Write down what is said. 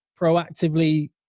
proactively